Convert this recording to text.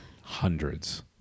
Hundreds